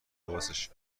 لباسش